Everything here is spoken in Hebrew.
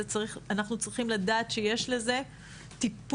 אנחנו צריכים לדעת שיש לזה טיפול,